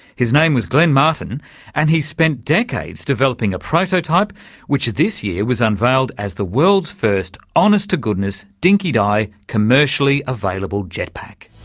his name was glenn martin and he spent decades developing a prototype which this year was unveiled as the world's first honest to goodness, dinky-di commercially-available jet pack.